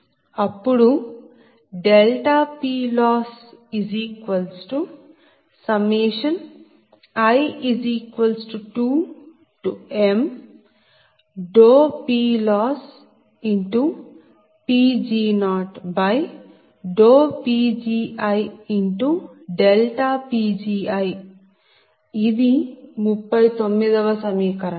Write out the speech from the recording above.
అప్పుడు PLoss i2mPLossPg0PgiPgi ఇది 39 వ సమీకరణం